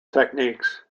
techniques